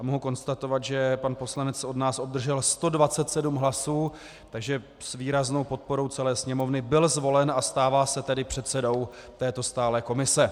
Mohu konstatovat, že pan poslanec od nás obdržel 127 hlasů, takže s výraznou podporou celé Sněmovny byl zvolen a stává se tedy předsedou této stálé komise.